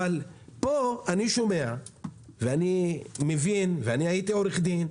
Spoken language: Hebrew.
אבל פה אני שומע ואני מבין, ואני הייתי עורך דין,